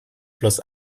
fluss